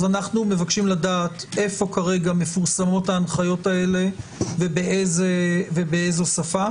אז אנחנו מבקשים לדעת איפה כרגע מפורסמות ההנחיות האלה ובאיזו שפה.